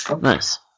Nice